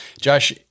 Josh